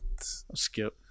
Skip